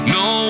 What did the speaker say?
no